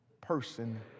person